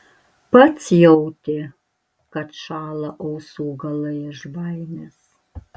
pats jautė kad šąla ausų galai iš baimės